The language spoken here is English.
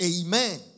Amen